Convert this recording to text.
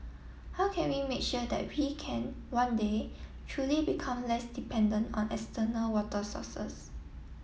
how can we make sure that we can one day truly become less dependent on external water sources